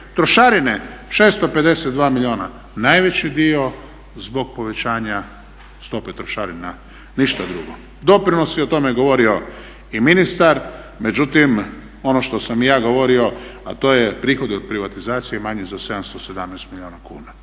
Trošarine 652 milijuna najveći dio zbog povećanja stope trošarina, ništa drugo. Doprinosi o tome je govorio i ministar. Međutim, ono što sam i ja govorio, a to je prihod od privatizacije je manji za 117 milijuna kuna.